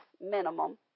minimum